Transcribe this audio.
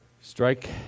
Strike